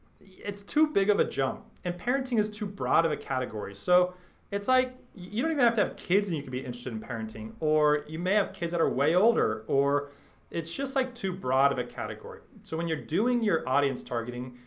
it's too big of a jump. and parenting is too broad of a category. so it's like, you don't even have to have kids and you can be interesting in parenting. or you may have kids that are way older or it's just like too broad of a category. so when you're doing your audience targeting,